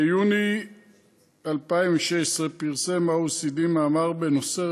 ביוני 2016 פרסם ה-OECD מאמר בנושא: